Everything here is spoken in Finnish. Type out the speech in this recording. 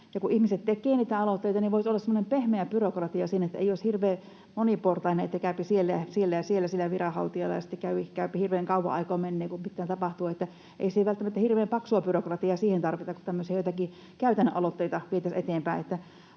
Kun ihmiset tekevät niitä aloitteita, niin voisi olla semmoinen pehmeä byrokratia siinä, että ei olisi hirveän moniportainen, että käypi siellä ja siellä ja sillä ja sillä viranhaltijalla ja sitten hirveän kauan aikaa menee, ennen kuin mitään tapahtuu. Ei siihen välttämättä hirveän paksua byrokratiaa tarvita, kun tämmöisiä joitakin käytännön aloitteita vietäisiin eteenpäin.